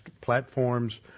platforms